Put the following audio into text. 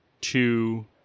two